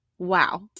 Wow